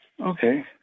Okay